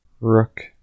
Rook